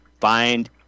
find